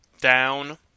down